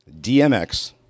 Dmx